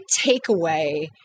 takeaway